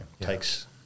takes